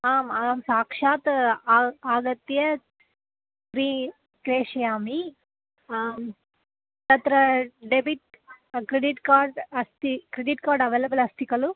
आम् आं साक्षात् आ आगत्य फ्री़ प्रेषयामि तत्र डेबिट् क्रेडिट् कार्ड् अस्ति क्रेडिट् कार्ड् अवैलेबल् अस्ति खलु